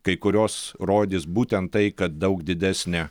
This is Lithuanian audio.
kai kurios rodys būten tai kad daug didesnė